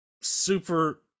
super